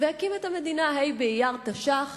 והקים את המדינה, ה' באייר תש"ח,